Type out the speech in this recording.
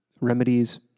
remedies